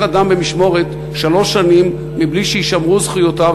אדם במשמורת שלוש שנים בלי שיישמעו זכויותיו,